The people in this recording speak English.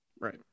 right